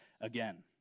again